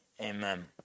amen